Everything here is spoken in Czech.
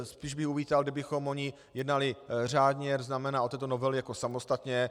Spíš bych uvítal, kdybychom o ní jednali řádně, to znamená o této novele jako samostatné.